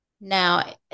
now